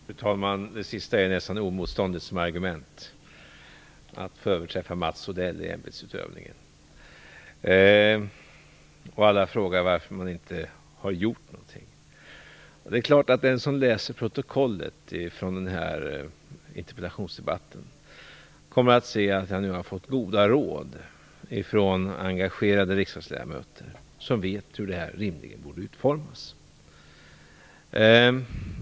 Fru talman! Det sista Lars Bäckström sade är nästan oemotståndligt som argument - att få överträffa Mats Odell i ämbetsutövningen. Alla frågar varför inget har gjorts. Den som läser protokollet från den här interpellationsdebatten kommer att se att jag nu har fått goda råd från engagerade riksdagsledamöter, som vet hur detta rimligen borde utformas.